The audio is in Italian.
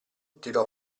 tirò